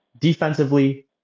defensively